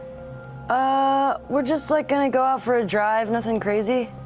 ah we're just like going to go out for a drive, nothing crazy.